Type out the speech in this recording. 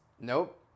nope